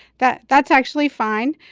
that that's actually fine.